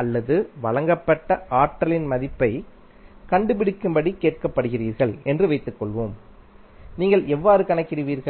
அல்லது வழங்கப்பட்ட ஆற்றலின் மதிப்பைக் கண்டுபிடிக்கும்படி கேட்கப்படுகிறீர்கள் என்று வைத்துக்கொள்வோம் நீங்கள்எவ்வாறு கணக்கிடுவீர்கள்